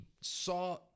saw